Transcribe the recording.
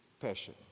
passion